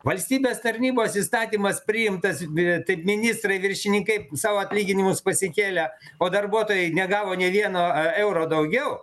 valstybės tarnybos įstatymas priimtas bet ministrai viršininkai sau atlyginimus pasikėlė o darbuotojai negavo nė vieno euro daugiau